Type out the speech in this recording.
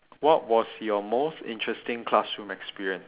what was your most interesting classroom experience